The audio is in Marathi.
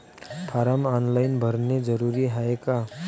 फारम ऑनलाईन भरने जरुरीचे हाय का?